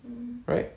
mm